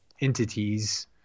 entities